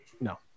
no